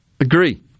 agree